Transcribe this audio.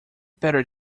better